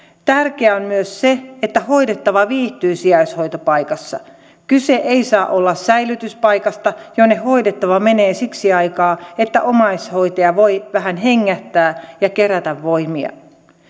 tärkeää on myös se että hoidettava viihtyy sijaishoitopaikassa kyse ei saa olla säilytyspaikasta jonne hoidettava menee siksi aikaa että omaishoitaja voi vähän hengähtää ja kerätä voimia